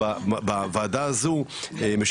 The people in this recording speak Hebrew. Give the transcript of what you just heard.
וקואליציה בוועדה הזו --- איך אתה אוהב להגיד אופוזיציה.